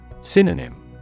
Synonym